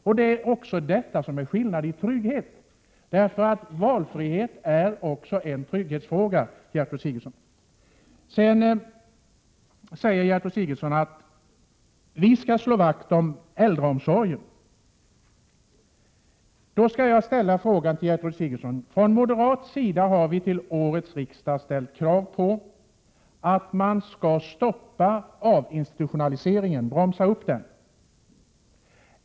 Det innebär också en skillnad i trygghet. Valfrihet är nämligen också en trygghetsfråga, Gertrud Sigurdsen. Gertrud Sigurdsen säger att socialdemokraterna skall slå vakt om äldreomsorgen. Vi moderater har till årets riksmöte krävt att avinstitutionaliseringen skall bromsas.